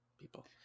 people